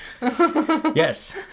Yes